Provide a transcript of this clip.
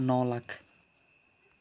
ন lakh